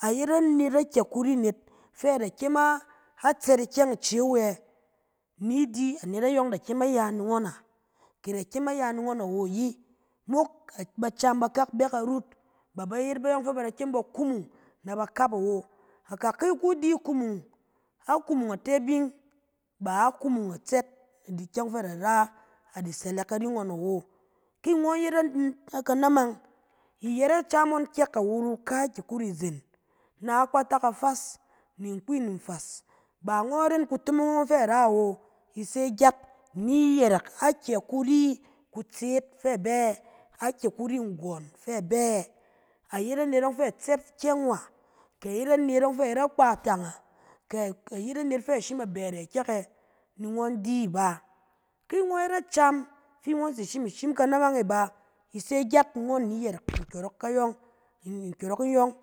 A yet anet, akƴɛ kuri anet fɛ a da kyem a tsɛt ikyɛng ice wu yɛ? Ni di anet ayɔng da kyem a ya ni ngɔn a? Kɛ a da kyem a ya ni ngɔn awo ayi. Mok bacam bakak bɛ karut, ba ba yet bayɔng fɛ ba da kyem ba kumung, na ba kap awo. Akak ki i ku di a kumung, a kumung a te bing, ba a kumung a tsɛt i di ikyɛng fɛ a da ra, a di sele kari ngɔn awo. Ki ngɔn yet, a- n-kanamang, i yɛrɛ acam ngɔn kyɛk a wuru kaki kuri zen, na akpatak afas, ni nkpin nfas, ba ngɔn ren kutomong fɛ a ra wo. I se gyat ni i yɛrɛk, akyɛ kuri kutseet fɛ a bɛ yɛ? Akyɛ? Kuri nggɔn fɛ a bɛ yɛ? A yet anet ɔng fɛ a tsɛt ikyɛng wu a? Kɛ a yet anet ɔng fɛ a yet akpatang a? Kɛ a yet anet fɛ a shim abɛrɛ kyɛk ɛ? Ni ngɔn di bà. Ki ngɔn yet acam, ki ngɔn tsin shim shim kanamang bà, i se gyat ni ngɔn ni yɛrɛk nkyɔrɔk kayɔng, nkyɔrɔng iyɔng,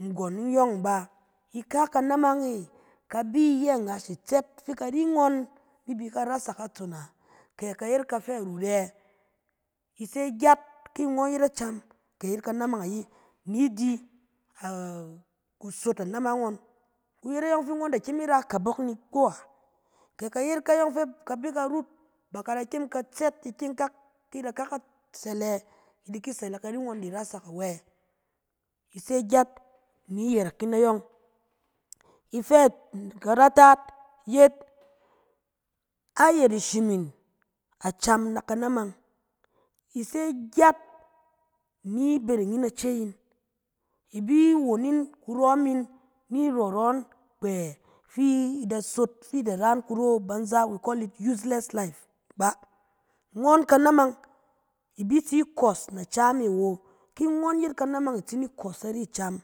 nggɔn iyɔng bà. Ika kanamang e, ka bi iyɛ ngash i tsɛt fɛ kari ngɔn bi bi di rasak natsong a? Kɛ ka yet kafɛ rut ɛ?. I se gyat, ki ngɔn yet acam, kɛ yet kanamang ayi, ni di a- kusot anamang ngɔn, ku yet iyɔng fi ngɔn da kyem i ra bakɔk ni ko a? Kɛ ka yet kayɔng fɛ ka bɛ karut, ba ka da kyem ka tsɛt ikyɛng kak, ki da ka ka sele ni ki sele kari ngɔn di rasak awɛ?, i se gyat ni yɛrɛk yin ayɔng. Ifɛ i-karataat yet, ayɛt ishim 'in, acam na kanamang, i se gyat ni bereng yin ace yin. I bi won yin kurɔm yin, ni rɔrɔ yin kpɛ fi i da sot, fi i da ra yin kuro banza, we call it useless life bà. Ngɔn kanamang, i bi tsi kɔs na cam e awo. Ki ngɔn yet kanamang, i tsi ni kɔs nari cam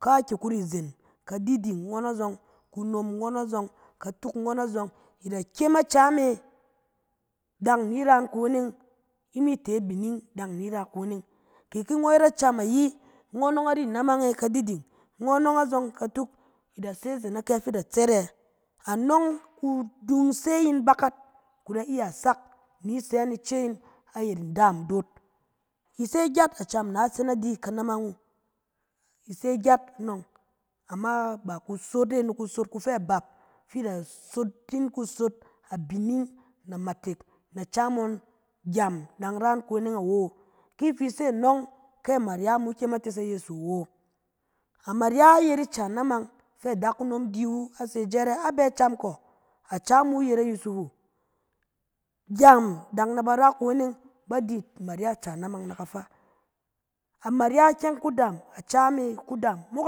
kaaki kuri zen, kadiding ngɔn azɔng, kunom ngɔn azɔng, katuk ngɔn azɔng, i da kyem acam e, dan ni i ra yin kuweneng, i mi te bining, dan ni i ra kuweneng kɛ ki ngɔn yet acam ayi, ngɔn ɔng ari namang e kadiding, ngɔn ɔng azɔng katuk, i da sɛ izen a kyɛ fi i da tsɛt e, anɔng ku dun se yin bakat, ku da iya sak ni sɛ yin ice yin ayɛt ndaam doot. I se gyat acam na tse na di kanamang wu, i se gyat anɔng, ama ba kusot e, ni kusot kufɛ bap, fi da sot yin kusot abining na matek na acam ngɔn gyem dan ra yin kuweneng awo. Ki fi se nɔng, ke amaryamu kyem a tes ayeso awo. amarya yet ica namang fɛ adakunom di wu, a se jɛrɛ, a bɛ cam kɔ! Acam wu yet ayusifu, gyem dan na ba ra kuweneng, ba di amarya ica namang na kafa. amarya ikyɛng ku daam, acam e kudaam, mok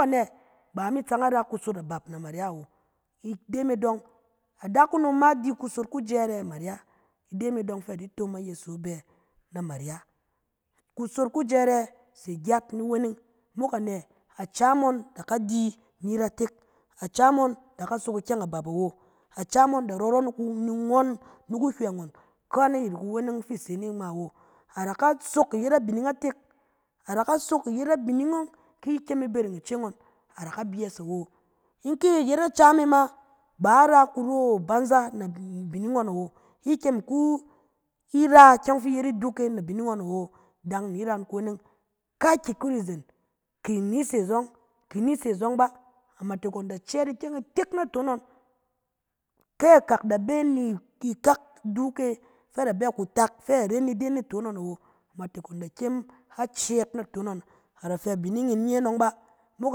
anɛ? Ba a mi tsan a ra kusot abap na marya wo. Ide me dɔng, adakunom ma di kusot kujɛrɛ amarya, ide me dɔng, a di tom ayeso di bɛ na marya. Kusot kujɛrɛ se gyat ni weneng, mok anɛ? Acam ɔng da ka di ni ratek, acam ɔng da ka sok ikyɛng abap awo, acam ɔng da rɔrɔ ni-ni. ngɔn. ni kuhywɛ ngɔn ka ni yɛt kuweneng fi se ne ngma awo, a da ka sok i yet abining atek, a da ka sok abining ɔng ki i bɛrɛ ice ngɔn, a da ka byɛs awo. In ki i yet acam e ma, ba i ra kuro a banza ne abi-ning ngɔn awo, i kyem i ku i ra ikyɛng fi i yet iduk e na bining ngɔn awo, dan ni ra kuweneng. Kakyɛ kuri zen, ki ni se zɔng, ki ni se azɔng bà, amatek ngɔn da cɛɛt ikyɛng itek naton ngɔn. Kɛ akak da bɛ ni- ni kak iduk e fɛ a da bɛ ku tak fɛ a ren ide naton ngɔn awo, amatek ngɔn da kyem a cɛɛt naton ngɔn, a da fɛ abining in nye ngɔn bà, mok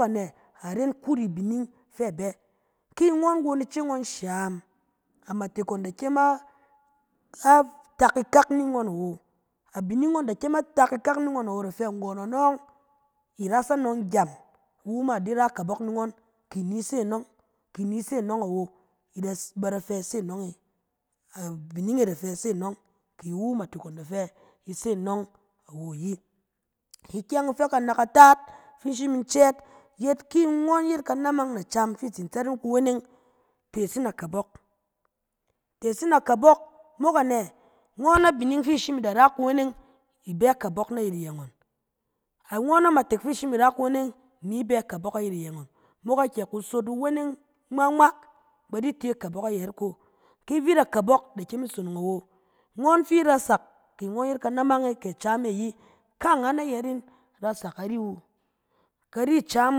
anɛ? A ren kuri abining fɛ a bɛ. Ki ngɔn won ice ngɔn sham, amatek ngɔn da kyem a-a-tak ikak ni ngɔn awo. Abining ngɔn da kyem a tak ikak ni ngɔn awo, a da fɛ nggɔn ngɔn ɔng, i ras anɔng gyem, wu ma a di ra kabɔk ni ngɔn, ki ni se nɔng, ki ni se anɔng awo, i da- ba da fɛ i se nɔng e. Abining e da fɛ i se nɔng, kɛ iwu matek e da fɛ i se nɔng awo ayi. Ikyɛng ifɛ kanakataat, fi in shim in cɛɛt yet, ki ngɔn yet kanamang na acam fɛ i tsi tsɛt yin kuweneng, tes yin akabɔk. Tes yin akabɔk, mok anɛ? Ngɔn abining fi ishim da ra kuweneng i bɛ akabɔk ayɛt iyɛ ngɔn. Ngɔn amatek fi ishim i ra kuweneng ni bɛ akabɔk ayɛt iyɛ ngɔn, mok anɛ? Kusot iweneng ngma ngma ba di te akabɔk ayɛt ko. Ki vit akabɔk, i da kyem i sonong awo, ngɔn fi irasak, kɛ ngɔn yet kanamang e kɛ cam e ayi, kaangan ayɛt 'in, a rasak ari wu. Kari cam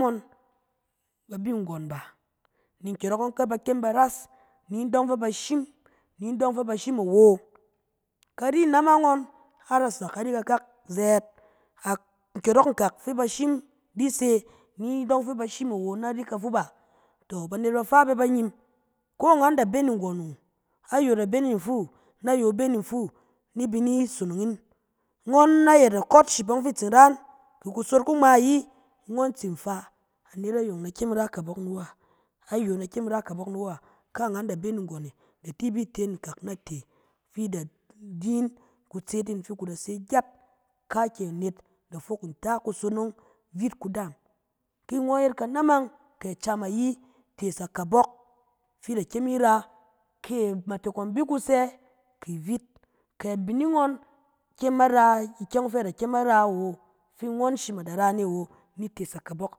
ngɔn ba bi nggɔn bà, ni kuri nkyɔrɔk ɔng fɛ ba kyem ba ras, ni idɔng fɛ ba shim, ni idɔng fɛ ba shim awo. Kari namang ngɔn, ka rasak ari kakak zɛɛt, a-nkyɔrɔk nkak fɛ ba shim di se, ni idɔng fɛ ba shim awo nari kafuu bà. Tɔ! Banet bafa bɛ ba nyim, koangan da bɛ ni nggɔn wu, ayong da bɛ ni fuu, na yong bɛ ni fuu, ni bi ni sonong 'in. Ngɔn nayɛt acotship ɔng fi i tsin ra yin, kɛ kusot ku ngma ayi, ngɔn tsin fa anet ayong na kyem in ra kabɔk ni wu a? Ayong na kyem in ra kabɔk ni wu a? Kaangan da bɛ ni nggɔn e, da fi i bi te yin nkak nate, fi i da di yin kutsɛt 'in fi ku da se gyat. Kaakyɛ net da fok nta kusonong, vit kudaam. Ki ngɔn yet kanamang kɛ cam ayi, tees akabɔk fi i da kyem i ra, kɛ amatek ngɔn bi kusɛ kɛ vit, kɛ abiniing ngɔn kyem a ra, ikyɛng fɛ a da kyem a ra wo, fi ngɔn shim a da ra ne wo, ni tees akabɔk,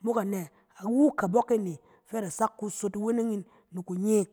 mok anɛ? Awu akabɔk e ne fɛ a da sak kusot kuweneng 'in ni ku nye-.